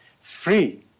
free